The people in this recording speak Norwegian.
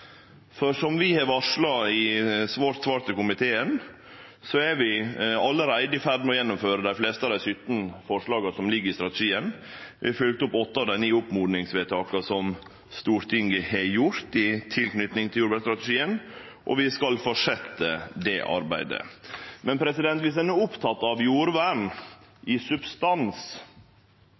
Som vi har varsla i svaret til komiteen, er vi allereie i ferd med å gjennomføre dei fleste av dei 17 forslaga som ligg i strategien. Vi har følgt opp åtte av dei ni oppmodingsvedtaka som Stortinget har fatta i samband med jordvernstrategien, og vi skal fortsetje det arbeidet. Men viss ein er oppteken av jordvern – i substans